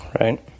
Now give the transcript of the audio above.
Right